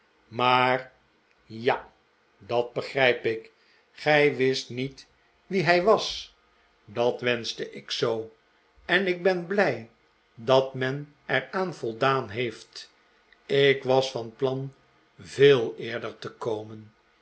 maar ja dat begrijp ik gij wist niet wie hij was dat wenschte ik zoo en ik ben blij dat men er aan voldaan heeft ik was van plan veel eerder te komen